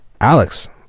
Alex